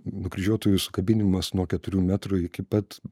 nukryžiuotųjų sukabinimas nuo keturių metrų iki pat